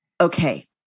Okay